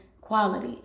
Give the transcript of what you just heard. quality